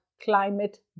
climate